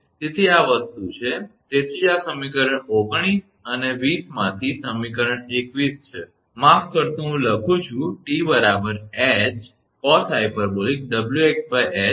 તેથી આ વસ્તુ છે તેથી જ આ સમીકરણ 19 અને 20 માંથી સમીકરણ 21 છે માફ કરશો હું લખું છું 𝑇 𝐻cosh𝑊𝑥𝐻 આ સમીકરણ 21 છે